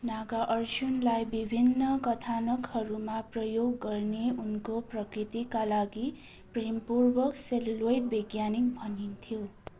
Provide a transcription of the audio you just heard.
नागार्जुनलाई विभिन्न कथानकहरूमा प्रयोग गर्ने उनको प्रकृतिका लागि प्रेम पूर्वक सेल्युलोइड वैज्ञानिक भनिन्थ्यो